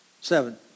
Seven